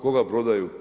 Koga prodaju?